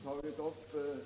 Herr talman!